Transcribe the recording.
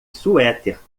suéter